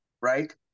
right